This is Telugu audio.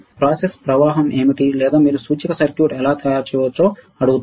ప్రాసెస్ ప్రవాహం ఏమిటి లేదా మీరు సూచిక సర్క్యూట్ ఎలా తయారు చేయవచ్చో అడుగుతారు